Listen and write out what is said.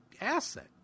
asset